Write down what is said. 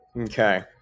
Okay